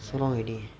so long already